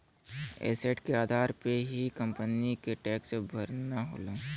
asset के आधार पे ही कंपनी के टैक्स भरना होला